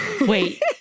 wait